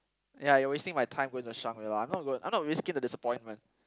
yeah you're wasting my time going to Shangri-La I'm not go I'm not risking the disappointment